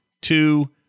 two